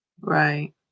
Right